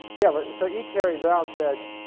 yeah but so e. cary brown said,